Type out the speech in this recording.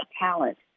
talent